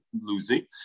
losing